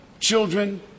children